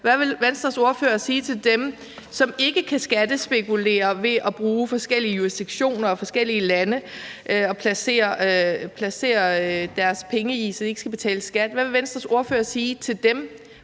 Hvad vil Venstres ordfører sige til dem, som ikke kan skattespekulere ved at bruge forskellige jurisdiktioner og forskellige lande til at placere deres penge i, så de ikke skal betale skat? Hvad vil Venstres ordfører sige til dem?